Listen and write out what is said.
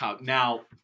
Now